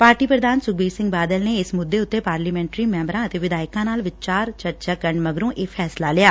party ਪ੍ਰਧਾਨ ਸੁਖਬੀਰ ਸਿੰਘ ਬਾਦਲ ਨੇ ਇਸ ਮੁੱਦੇ ਉਂਤੇ ਪਾਰਲੀਮੈਟਰੀ ਮੈਬਰਾਂ ਅਤੇ ਵਿਧਾਇਕਾਂ ਨਾਲ ਵਿਚਾਰ ਚਰਚਾ ਕਰਨ ਮਗਰੋ ਇਹ ਫੈਸਲਾ ਲਿਐ